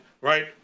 right